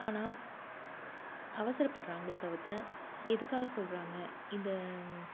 ஆனால் அவசரப்படுகிறாங்களோ தவிர்த்து எதுக்காக சொல்கிறாங்க இந்த